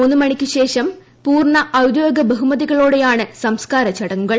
മൂന്നുമണിക്കുശേഷം പൂർണ്ണ ഔദ്യോഗിക ബഹുമതികളോടെയാണ് സുംസ്കൂാരചടങ്ങുകൾ